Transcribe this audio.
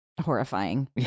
horrifying